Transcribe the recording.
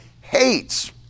hates